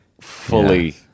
fully